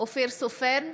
אופיר סופר,